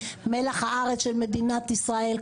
מלח הארץ של מדינת ישראל,